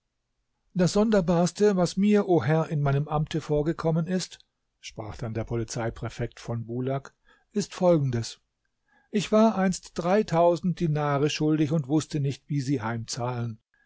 das sonderbarste was mir o herr in meinem amte vorgekommen ist sprach dann der polizeipräfekt von bulak ist folgendes ich war einst dreitausend dinare schuldig und wußte nicht wie sie heimzahlen